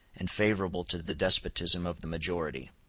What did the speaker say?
and favorable to the despotism of the majority.